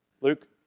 Luke